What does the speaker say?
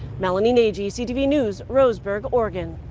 melanie nagy, ctv news, roseburg, oregon.